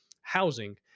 housing